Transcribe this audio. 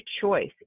choice